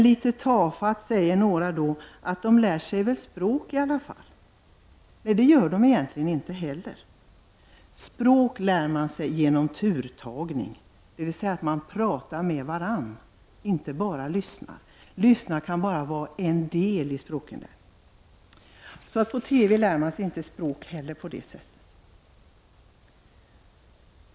Litet tafatt säger några då att de lär sig väl språk i alla fall, men de gör de egentligen inte heller. Språk lär man sig genom turtagning, dvs. att man pratar med varandra och inte bara lyssnar. Lyssnandet kan bara vara en del av språkinlärningen. Med hjälp av TV lär man sig inte heller språk på det sättet.